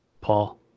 Paul